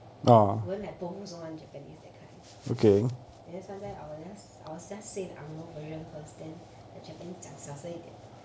won't have both also want japanese that kind then sometime I will just say the angmoh version first then the japanese 讲小声一点